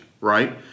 right